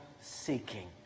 seeking